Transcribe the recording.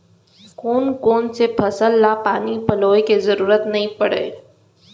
कोन कोन से फसल ला पानी पलोय के जरूरत नई परय?